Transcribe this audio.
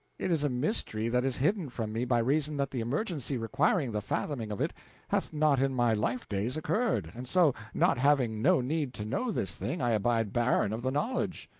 it is a mystery that is hidden from me by reason that the emergency requiring the fathoming of it hath not in my life-days occurred, and so, not having no need to know this thing, i abide barren of the knowledge.